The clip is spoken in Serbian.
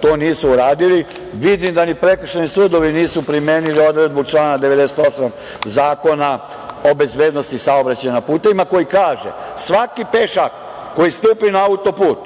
to nisu uradili, vidim da ni prekršajni sudovi nisu primenili odredbu člana 98. Zakona o bezbednosti saobraćaja na putevima koji kaže – svaki pešak koji stupi na auto-put